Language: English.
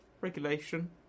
Regulation